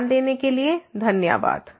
ध्यान देने के लिये धन्यवाद